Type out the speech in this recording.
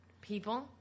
people